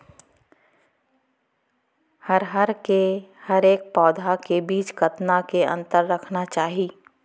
अरहर के हरेक पौधा के बीच कतना के अंतर रखना चाही?